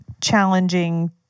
challenging